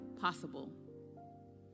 possible